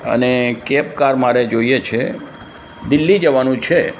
અને cab car મારે જોઈએ છે દિલ્હી જવાનું છે